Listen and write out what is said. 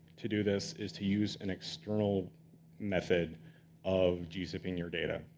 to do this is to use an external method of gzipping your data.